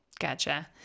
Gotcha